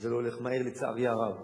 זה לא הולך מהר, לצערי הרב.